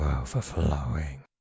overflowing